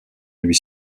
lui